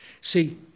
See